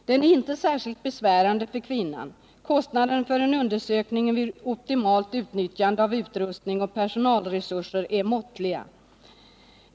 Den är inte särskilt besvärande för kvinnan. Kostnaden för en undersökning vid optimalt utnyttjande av utrustning och personalresurser är måttliga.